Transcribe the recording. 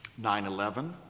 9-11